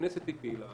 הכנסת פעילה,